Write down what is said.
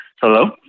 Hello